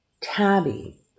Tabby